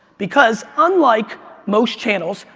because unlike most channels,